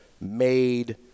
made